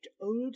old